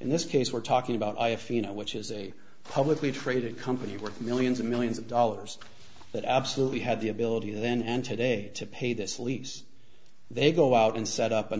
in this case we're talking about i feel which is a publicly traded company worth millions and millions of dollars that absolutely had the ability then and today to pay this lease they go out and set up an